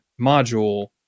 module